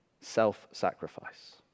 self-sacrifice